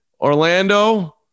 orlando